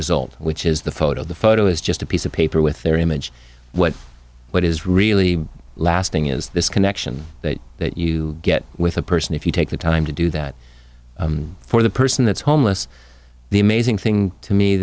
result which is the photo the photo is just a piece of paper with their image what what is really lasting is this connection that you get with a person if you take the time to do that for the person that's homeless the amazing thing to me